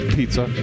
Pizza